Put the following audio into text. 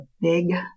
big